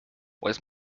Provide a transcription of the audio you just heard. was